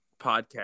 podcast